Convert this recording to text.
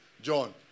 John